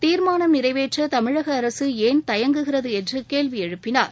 தீர்மானம் நிறைவேற்ற தமிழக அரசு ஏன் தயங்குகிறது என்று கேள்வி எழுப்பினார்